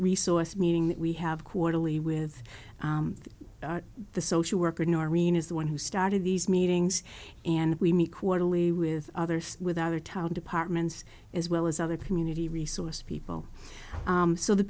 resource meeting that we have quarterly with the social worker norene is the one who started these meetings and we meet quarterly with others with other town departments as well as other community resource people so the